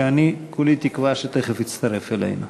שאני כולי תקווה שתכף יצטרף אלינו.